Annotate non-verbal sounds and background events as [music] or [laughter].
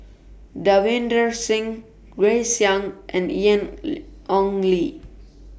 Davinder Singh Grace Young and Ian [unintelligible] Ong Li